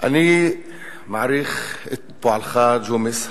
אני מעריך את פועלך, ג'ומס,